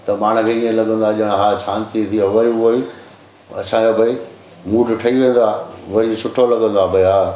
त पाण खे इअं लॻंदो आहे अॼु हा शांति थी आहे वरी उअई असांखे भई मूड ठहीं वेंदो आहे वरी सुठो लॻंदो आहे भई हा